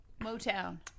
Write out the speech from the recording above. Motown